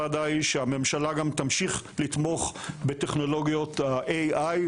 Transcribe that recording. ועדה שעוסקת בקידום החינוך המדעי-טכנולוגי בעיקר בגיל